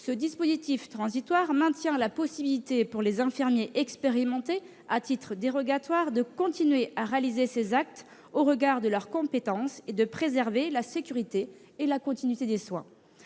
ce dispositif transitoire maintient la possibilité pour les infirmiers expérimentés, à titre dérogatoire, de continuer à réaliser ces actes au regard de leurs compétences et de préserver la sécurité et la continuité des soins.